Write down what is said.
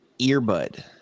earbud